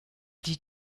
die